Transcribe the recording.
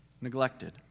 neglected